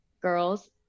girls